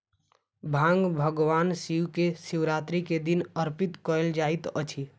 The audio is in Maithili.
भांग भगवान शिव के शिवरात्रि के दिन अर्पित कयल जाइत अछि